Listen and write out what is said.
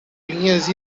linhas